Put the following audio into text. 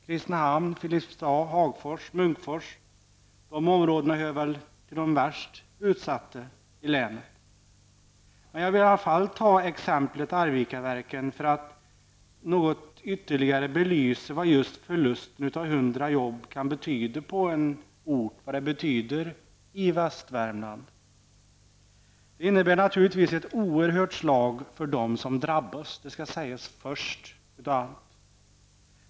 Kristinehamn, Filipstad, Hagfors och Munkfors hör till de mest utsatta områdena i länet, men jag vill i alla fall ta Arvikaverken som exempel för att något ytterligare belysa vad förlusten av hundra jobb betyder på en ort i Västvärmland. Det innebär naturligtvis ett oerhört slag för dem som drabbas -- det skall sägas först.